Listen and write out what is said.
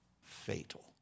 fatal